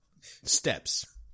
steps